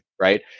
right